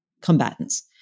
combatants